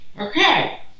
Okay